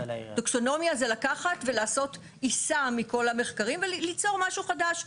טקסונומיה זה לקחת ולעשות עיסה מכל המחקרים וליצור משהו חדש.